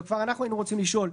אבל כבר היינו רוצים לשאול,